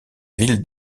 ville